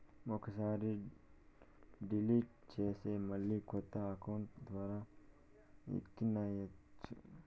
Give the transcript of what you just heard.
ఒక్కసారి డిలీట్ చేస్తే మళ్ళీ కొత్త అకౌంట్ ద్వారా ఎక్కియ్యచ్చు